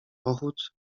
pochód